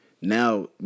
now